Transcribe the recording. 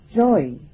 joy